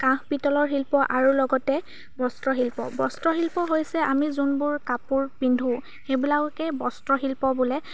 কাঁহ পিতলৰ শিল্প আৰু লগতে বস্ত্ৰ শিল্প বস্ত্ৰ শিল্প হৈছে আমি যোনবোৰ কাপোৰ পিন্ধো সেইবিলাককে বস্ত্ৰ শিল্প বোলে